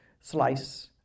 slice